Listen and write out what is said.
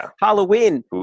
Halloween